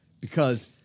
because-